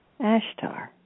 Ashtar